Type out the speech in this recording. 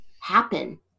happen